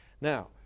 Now